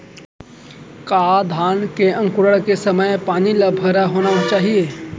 का धान के अंकुरण के समय पानी ल भरे होना चाही?